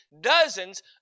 dozens